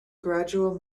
gradual